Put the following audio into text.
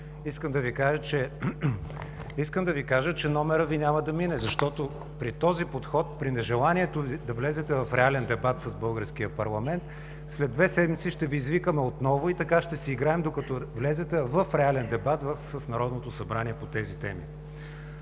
Искам да Ви кажа, че номерът Ви няма да мине, защото при този подход, при нежеланието Ви да влезете в реален дебат с българския парламент след две седмици ще Ви извикаме отново и така ще си играем, докато влезете в реален дебат с Народното събрание по тези теми.